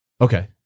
Okay